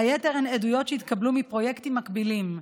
היתר הן עדויות שהתקבלו מפרויקטים מקבילים,